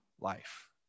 life